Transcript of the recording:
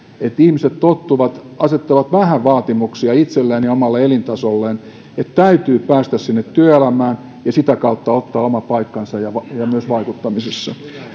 kun ihmiset tottuvat asettamaan vähän vaatimuksia itselleen ja omalle elintasolleen että täytyy päästä sinne työelämään ja sitä kautta ottaa oma paikkansa ja ja myös vaikuttamisessa